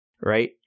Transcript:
right